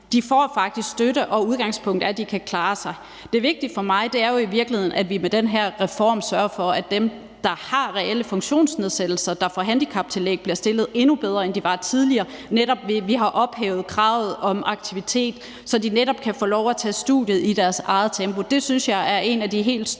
De får faktisk støtte, og udgangspunktet er, at de kan klare sig. Det vigtige for mig er i virkeligheden, at vi med den her reform sørger for, at dem, der har reelle funktionsnedsættelser, og som får handicaptillæg, bliver stillet endnu bedre end tidligere, netop ved at vi har ophævet kravet om aktivitet, så de kan få lov til at tage studiet i deres eget tempo. Det synes jeg er en af de helt store